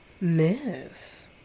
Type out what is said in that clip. Miss